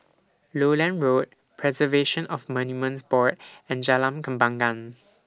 Lowland Road Preservation of Monuments Board and Jalan Kembangan